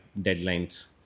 deadlines